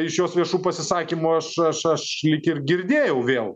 iš viešų pasisakymų aš aš aš lyg ir girdėjau vėl